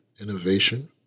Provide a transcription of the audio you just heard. Innovation